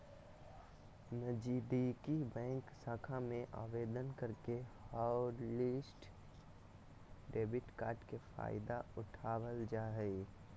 नजीदीकि बैंक शाखा में आवेदन करके हॉटलिस्ट डेबिट कार्ड के फायदा उठाबल जा हय